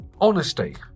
Honesty